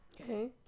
Okay